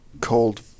Cold